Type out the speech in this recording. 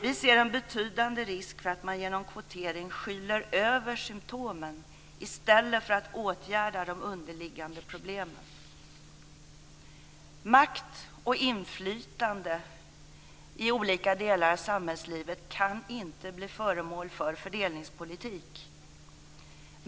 Vi ser en betydande risk för att man genom kvotering skyler över symtomen i stället för att åtgärda de underliggande problemen. Makt och inflytande i olika delar av samhällslivet kan inte bli föremål för fördelningspolitik.